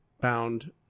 Bound